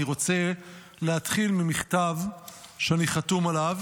אני רוצה להתחיל ממכתב שאני חתום עליו